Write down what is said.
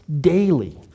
daily